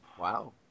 Wow